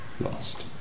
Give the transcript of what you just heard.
lost